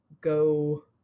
Go